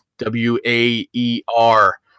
W-A-E-R